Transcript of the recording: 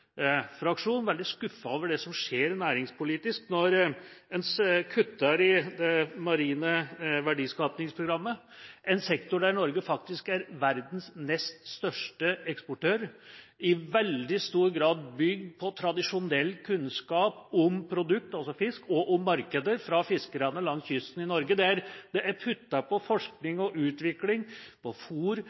fraksjon – er veldig skuffet over det som skjer næringspolitisk, når en kutter i Marint verdiskapingsprogram. Norge er faktisk verdens nest største eksportør innen marin sektor, som i veldig stor grad er bygd på tradisjonell kunnskap om produkt, altså fisk, og om markeder, fra fiskerne langs kysten i Norge, der det er puttet på forskning og utvikling